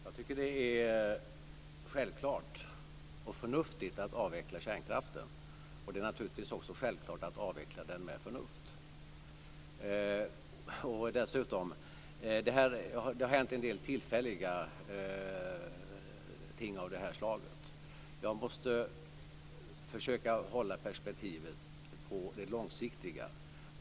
Fru talman! Det är självklart och förnuftigt att avveckla kärnkraften. Det är naturligtvis också självklart att avveckla den med förnuft. Det har hänt en del tillfälliga ting av det här slaget, men jag måste försöka hålla perspektivet på det långsiktiga.